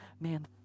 man